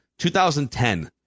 2010